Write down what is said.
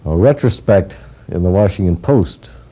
ah retrospect in the washington post